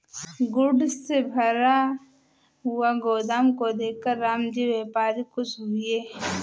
goods से भरा हुआ गोदाम को देखकर रामजी व्यापारी खुश हुए